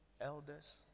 elders